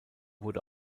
wurde